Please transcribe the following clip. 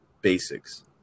basics